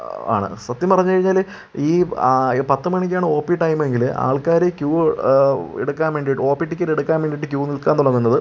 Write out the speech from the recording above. ആണ് സത്യം പറഞ്ഞു കഴിഞ്ഞാൽ ഈ പത്തു മണിക്കാണ് ഒ പി ടൈം എങ്കിൽ ആൾക്കാർ ക്യൂ എടുക്കാൻ വേണ്ടിയിട്ട് ഒ പി ടിക്കറ്റ് എടുക്കാൻ വേണ്ടിയിട്ട് ക്യൂ നിൽക്കാന്നുള്ള വന്നത്